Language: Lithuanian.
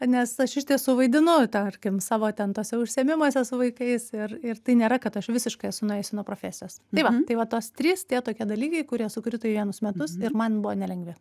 nes aš iš tiesų vaidinu tarkim savo ten tuose užsiėmimuose su vaikais ir ir tai nėra kad aš visiškai esu nuėjusi nuo profesijos tai va tai va tos trys tie tokie dalykai kurie sukrito į vienus metus ir man buvo nelengvi